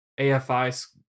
AFI